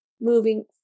moving